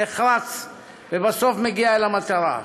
נחרץ ובסוף מגיע אל המטרה.